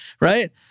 right